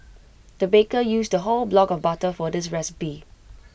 the baker used A whole block of butter for this recipe